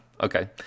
okay